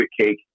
cake